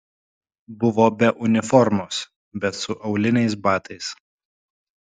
buvo be uniformos bet su auliniais batais